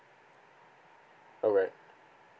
alright